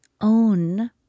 own